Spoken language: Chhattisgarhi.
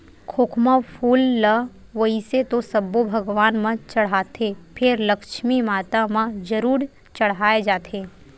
खोखमा फूल ल वइसे तो सब्बो भगवान म चड़हाथे फेर लक्छमी माता म जरूर चड़हाय जाथे